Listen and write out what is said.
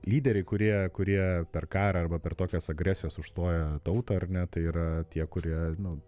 lyderiai kurie kurie per karą arba per tokias agresijas užstoja tautą ar ne tai yra tie kurie nu